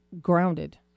grounded